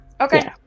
Okay